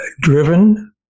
driven